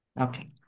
Okay